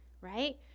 right